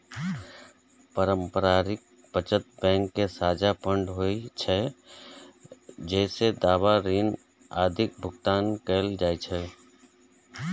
पारस्परिक बचत बैंक के साझा फंड होइ छै, जइसे दावा, ऋण आदिक भुगतान कैल जाइ छै